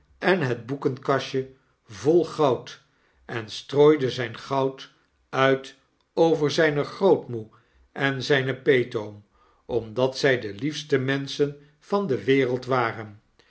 en het boekenkastje vol goud en strooide zijn goud uit over zijne grootmoe en zijn peetoom omdat zij de liefste menschen van de wereld waren